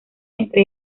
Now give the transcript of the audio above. entre